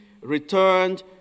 returned